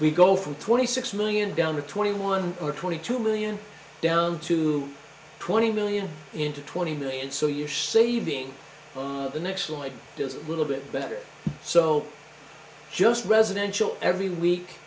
we go from twenty six million down to twenty one or twenty two million down to twenty million into twenty million so you're saving on the next flight just a little bit better so just residential every week